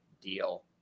deal